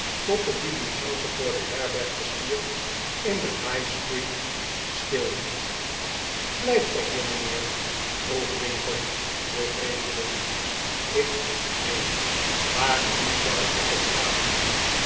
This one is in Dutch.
tot de diligence voor de herb erg r de stier in de highstreet stilhield blijft gij hier mijnheer vroeg winkle den vreemdeling rr ik neen maar u zou ik het raden